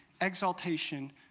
exaltation